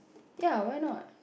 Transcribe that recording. ya why not